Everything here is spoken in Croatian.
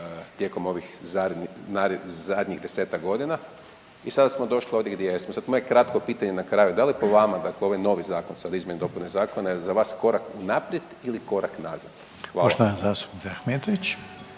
tijekom ovih zadnjih, zadnjih 10-tak godina i sada smo došli ovdje gdje jesmo. I sad moje kratko pitanje na kraju, da li po vama dakle ovaj novi zakon sad izmjene i dopune zakona je za vas sada korak naprijed ili korak nazad? Hvala vam.